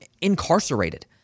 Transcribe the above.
incarcerated